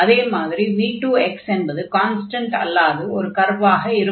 அதே மாதிரி v2 என்பது கான்ஸ்டன்ட் அல்லாது ஒரு கர்வாக இருக்கும்